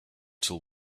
till